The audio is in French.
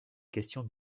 question